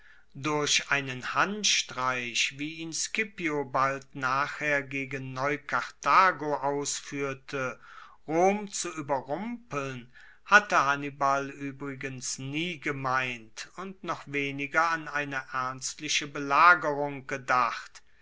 durch einen handstreich wie ihn scipio bald nachher gegen neukarthago ausfuehrte rom zu ueberrumpeln hatte hannibal uebrigens nie gemeint und noch weniger an eine ernstliche belagerung gedacht